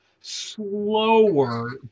slower